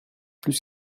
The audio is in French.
plus